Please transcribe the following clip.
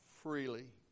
freely